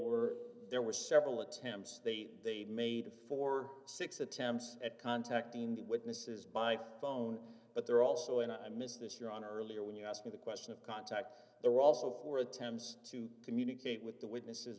were there were several attempts they they made for six attempts at contacting the witnesses by phone but they're also and i missed this year on earlier when you asked me the question of contact there were also four attempts to communicate with the witnesses